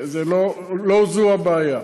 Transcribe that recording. לא זו הבעיה.